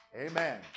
Amen